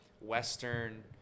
Western